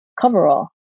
coverall